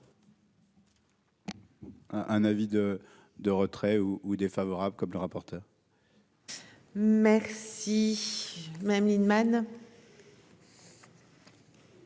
un avis de de retrait ou ou défavorables, comme le rapporteur. Merci Madame Lienemann.